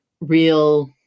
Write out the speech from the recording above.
real